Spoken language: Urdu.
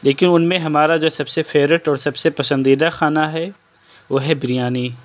لیکن ان میں ہمارا جو سب سے فیورٹ اور سب پسندیدہ خانا ہے وہ ہے بریانی